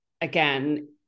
again